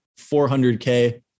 400K